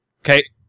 Okay